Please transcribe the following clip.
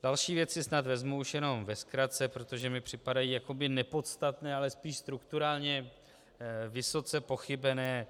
Další věci snad vezmu už jenom ve zkratce, protože mi připadají jakoby nepodstatné, ale spíš strukturálně vysoce pochybené.